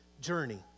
journey